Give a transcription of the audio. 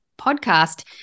podcast